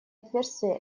отверстия